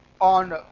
on